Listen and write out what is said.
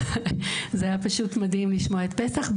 זה היה פשוט מדהים לשמוע את פסח.